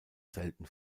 selten